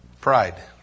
Pride